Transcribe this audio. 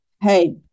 Hey